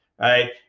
right